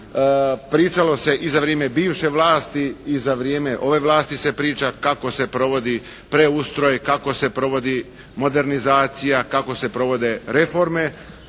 pričalo se i za vrijeme bivše vlasti i za vrijeme ove vlasti se priča kako se provodi preustroj, kako se provodi modernizacija, kako se provode reforme.